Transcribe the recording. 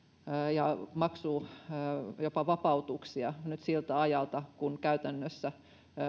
ja jopa maksuvapautuksia nyt siltä ajalta kun käytännössä